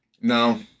No